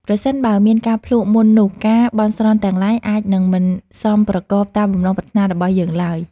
ប្រសិនបើមានការភ្លក្សមុននោះការបន់ស្រន់ទាំងឡាយអាចនឹងមិនសមប្រកបតាមបំណងប្រាថ្នារបស់យើងឡើយ។